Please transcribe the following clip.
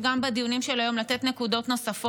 גם בדיונים של היום אני אמשיך לתת נקודות נוספות.